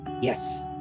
Yes